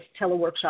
teleworkshop